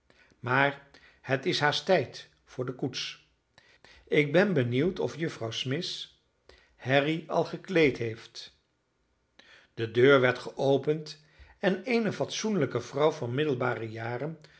maar het is haast tijd voor de koets ik ben benieuwd of juffrouw smith harry al gekleed heeft de deur werd geopend en eene fatsoenlijke vrouw van middelbare jaren